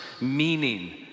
meaning